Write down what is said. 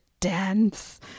Dance